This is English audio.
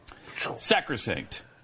sacrosanct